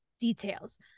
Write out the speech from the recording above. details